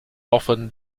often